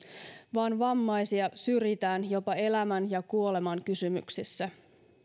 vaan vammaisia syrjitään jopa elämän ja kuoleman kysymyksissä